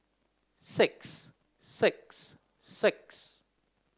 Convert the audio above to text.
six six six